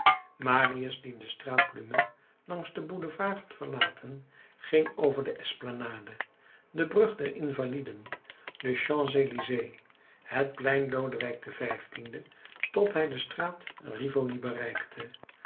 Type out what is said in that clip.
marius die de straat plumet langs den boulevard had verlaten ging over de esplanade de brug der invaliden de champs-elysées het plein lodewijk xv tot hij de straat rivoli bereikte